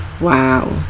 Wow